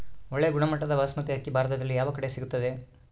ಒಳ್ಳೆ ಗುಣಮಟ್ಟದ ಬಾಸ್ಮತಿ ಅಕ್ಕಿ ಭಾರತದಲ್ಲಿ ಯಾವ ಕಡೆ ಸಿಗುತ್ತದೆ?